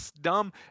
dumb